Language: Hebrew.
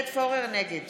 נגד